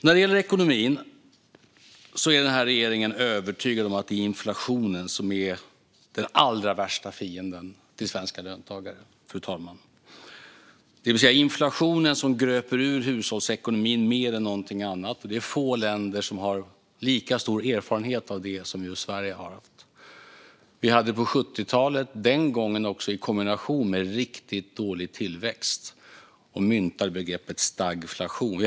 När det gäller ekonomin är den här regeringen övertygad om att det är inflationen som är den allra värsta fienden till svenska löntagare, fru talman. Inflationen gröper ur hushållsekonomin mer än någonting annat. Det är få länder som har lika stor erfarenhet av det som Sverige. Vi hade inflation på 70-talet i kombination med riktigt dålig tillväxt. Då myntades begreppet stagflation.